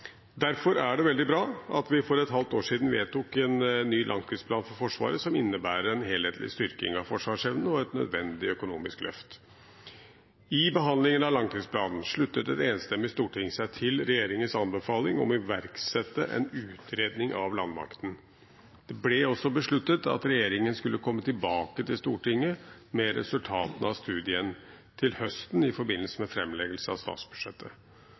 Derfor er det veldig bra at vi for et halvt år siden vedtok en ny langtidsplan for Forsvaret som innebærer en helhetlig styrking av forsvarsevnen og et nødvendig økonomisk løft. I behandlingen av langtidsplanen sluttet et enstemmig storting seg til regjeringens anbefaling om å iverksette en utredning av landmakten. Det ble også besluttet at regjeringen skulle komme tilbake til Stortinget med resultatet av studien til høsten, i forbindelse med framleggelse av statsbudsjettet.